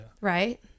right